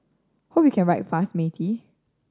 hope you can write fast Matey